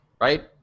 right